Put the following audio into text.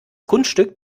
kunststück